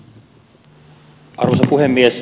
arvoisa puhemies